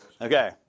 Okay